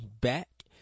back